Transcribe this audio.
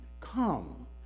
come